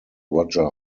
roger